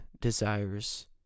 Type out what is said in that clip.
desires